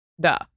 Duh